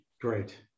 great